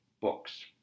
books